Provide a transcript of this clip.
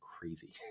crazy